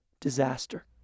disaster